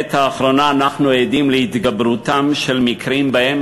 בעת האחרונה אנחנו עדים להתגברותם של מקרים שבהם